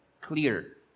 clear